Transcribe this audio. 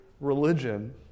religion